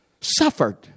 suffered